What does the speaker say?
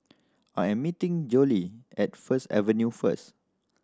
I am meeting Jolie at First Avenue first